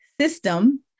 system